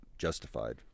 justified